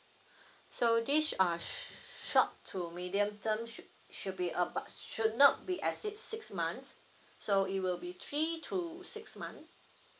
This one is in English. so these are short to medium term should should be about should not be exceed six months so it will be three to six month